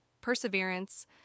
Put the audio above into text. perseverance